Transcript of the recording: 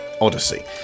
Odyssey